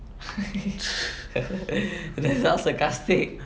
that sounds sarcastic